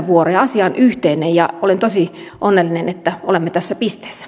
asia on yhteinen ja olen tosi onnellinen että olemme tässä pisteessä